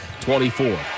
24